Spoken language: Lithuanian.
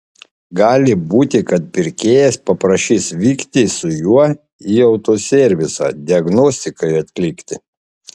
gali būti kad pirkėjas paprašys vykti su juo į autoservisą diagnostikai atlikti